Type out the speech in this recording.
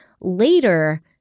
later